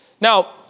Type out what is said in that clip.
Now